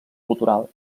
cultural